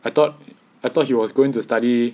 I thought I thought he was going to study